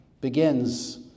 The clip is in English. begins